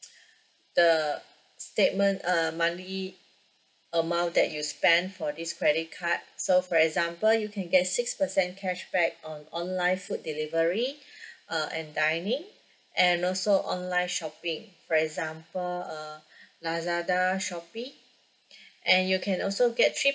the statement uh monthly amount that you spent for this credit card so for example you can get six percent cashback on online food delivery uh and dining and also online shopping for example uh Lazada Shopee and you can also get three